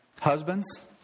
Husbands